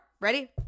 ready